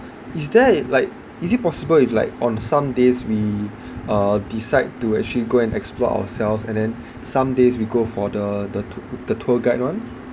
is there like is it possible if like on some days we uh decide to actually go and explore ourselves and then some days we go for the the the tour guide one